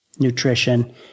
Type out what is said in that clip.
Nutrition